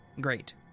Great